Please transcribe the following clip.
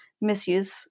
misuse